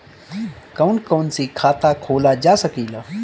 कौन कौन से खाता खोला जा सके ला?